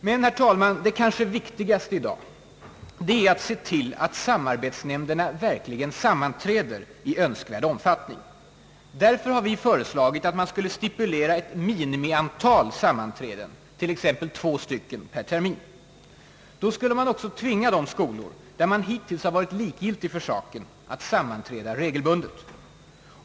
Men, herr talman, det kanske vikti gaste i dag är att se till att samarbetsnämnderna verkligen sammanträder i önskvärd omfattning. Därför har vi föreslagit att man ska stipulera ett minimiantal sammanträden, t. ex, två per termin, Då skulle man också tvinga de skolor, där man hittills har varit likgiltig för detta, att ordna sammanträden regelbundet.